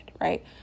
right